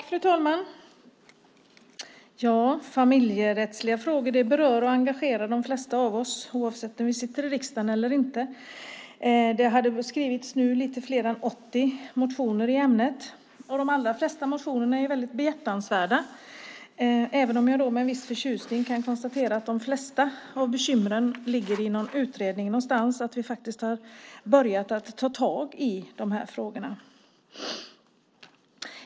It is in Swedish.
Fru talman! Familjerättsliga frågor berör och engagerar de flesta av oss oavsett om vi sitter i riksdagen eller inte. Det har skrivits fler än 80 motioner i ämnet. De allra flesta är behjärtansvärda. Jag kan dock med en viss förtjusning konstatera att de flesta bekymmer som tas upp behandlas i någon utredning; vi har börjat ta itu med dessa frågor.